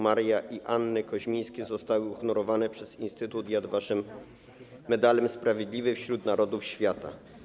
Maria i Anna Koźmińskie zostały uhonorowane przez instytut Yad Vashem medalem Sprawiedliwy wśród Narodów Świata.